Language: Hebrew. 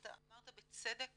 אמרת בצדק